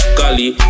gully